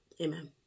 Amen